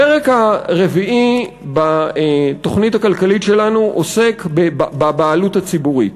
הפרק הרביעי בתוכנית הכלכלית שלנו עוסק בבעלות הציבורית.